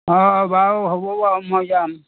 অঁ বাৰু হ'ব বাৰু মই যাম